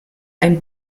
einen